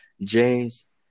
James